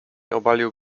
obalił